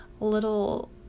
little